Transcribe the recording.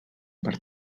per